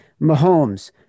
Mahomes